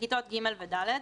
בכיתות ג' ו-ד'